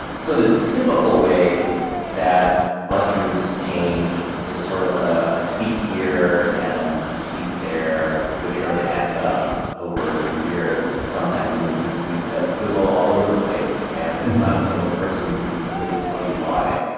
so the typical way that bus routes change is sort of ah a tweak here and a tweak there, which sort of adds up over the years, sometimes into these routes that squiggle all over the place and there's not a single person who can really tell you why.